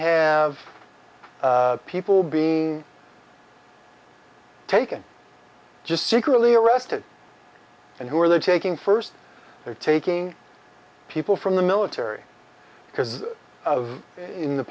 have people being taken just secretly arrested and who are they taking first they're taking people from the military because of in the